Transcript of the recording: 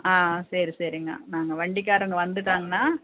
ஆ சரி சரிங்க நாங்கள் வண்டிக்காரவங்க வந்துவிட்டாங்கனா